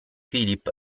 philip